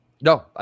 no